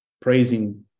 praising